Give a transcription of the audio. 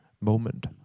moment